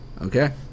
Okay